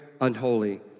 unholy